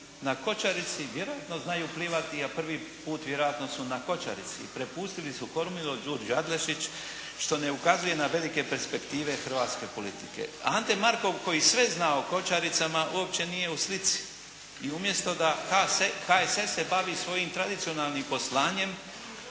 na kočarici vjerojatno znaju plivati, a prvi put vjerojatno su na kočarici. Prepustili su kormilo Đurđi Adlešić što ne ukazuje na velike perspektive hrvatske politike. Ante Markov koji sve zna o kočaricama uopće nije u slici. I umjesto da HSS se bavi svojim tradicionalnim poslanjem